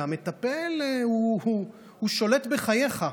המטפל הוא שולט בחייך,